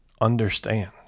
understand